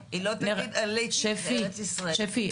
היא לא תגיד עליתי לארץ ישראל.